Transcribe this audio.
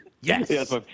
Yes